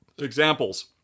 examples